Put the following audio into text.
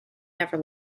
never